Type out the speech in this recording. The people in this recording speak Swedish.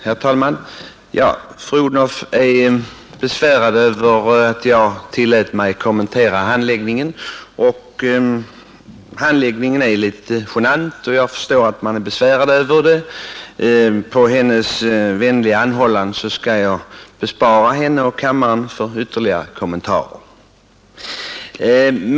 Herr talman! Fru Odhnoff var besvärad över att jag tillät mig kommentera handläggningen. Och jag förstår att hon kände sig besvärad, för handläggningen är litet genant. På hennes vänliga anhållan skall jag bespara henne och kammaren ytterligare kommentarer.